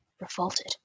revolted